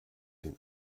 den